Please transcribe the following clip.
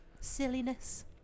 Silliness